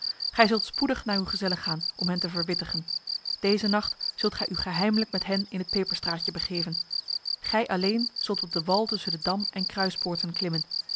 gij zult spoedig naar uw gezellen gaan om hen te verwittigen deze nacht zult gij u geheimlijk met hen in het peperstraatje begeven gij alleen zult op de wal tussen de dam en kruispoorten klimmen